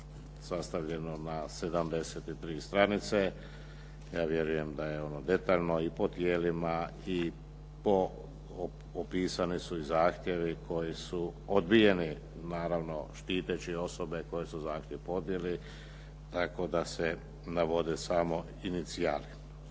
sastavljeno na 73 stranice. Ja vjerujem da je ono detaljno i po tijelima i opisani su i zahtjevi koji su odbijeni naravno štiteći osobe koje su zahtjev podnijele tako da se navode samo inicijali.